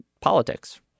politics